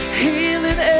healing